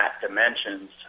Dimensions